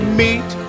meet